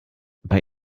bei